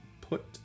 put